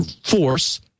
force